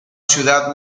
ciudad